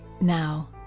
now